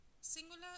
singular